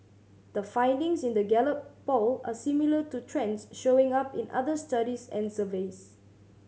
the findings in the Gallup Poll are similar to trends showing up in other studies and surveys